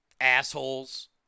Assholes